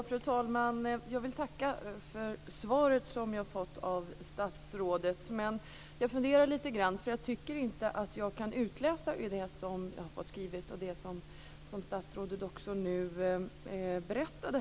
Fru talman! Jag vill tacka för svaret som jag har fått av statsrådet. Men jag funderar lite grann, för jag tycker inte att jag kan utläsa att jag har fått svar på mina frågor.